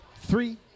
three